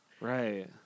Right